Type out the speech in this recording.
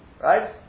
Right